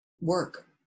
work